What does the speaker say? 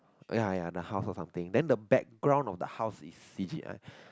ya ya the house or something then the background of the house is C_G_I